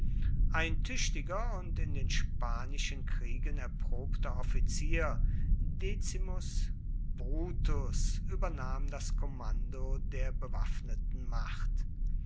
ein tüchtiger und in den spanischen kriegen erprobter offizier decimus brutus übernahm das kommando der bewaffneten macht